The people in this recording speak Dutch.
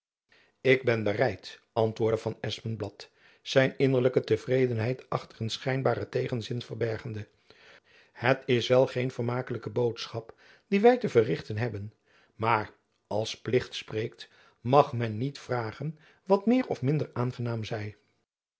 ik ben bereid antwoordde van espenblad zijn innerlijke tevredenheid achter een schijnbaren tegenzin verbergende t is wel geen vermakelijke boodschap die wy te verrichten hebben maar als plicht spreekt mag men niet vragen wat meer of minder aangenaam zij